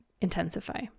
intensify